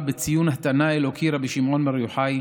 בציון התנא האלוקי רבי שמעון בר יוחאי,